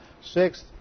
Sixth